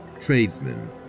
tradesmen